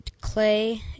clay